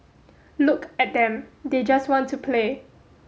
look at them they just want to play